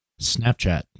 Snapchat